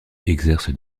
exerce